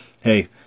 hey